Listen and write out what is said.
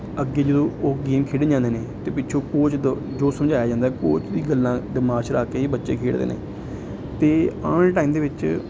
ਅੱਗੇ ਜਦੋਂ ਉਹ ਗੇਮ ਖੇਡਣ ਜਾਂਦੇ ਨੇ ਅਤੇ ਪਿੱਛੋਂ ਕੋਚ ਜੋ ਸਮਝਾਇਆ ਜਾਂਦਾ ਹੈ ਕੋਚ ਦੀਆਂ ਗੱਲਾਂ ਦਿਮਾਗ 'ਚ ਰੱਖ ਕੇ ਹੀ ਬੱਚੇ ਖੇਡਦੇ ਨੇ ਅਤੇ ਆਉਣ ਵਾਲੇ ਟਾਈਮ ਦੇ ਵਿੱਚ